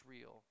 real